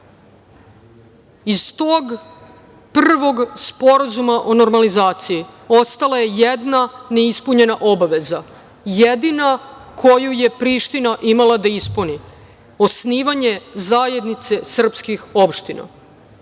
tog prvog sporazuma o normalizaciji ostala je jedna neispunjena obaveza, jedina koju je Priština imala da ispuni - osnivanje zajednice srpskih opština.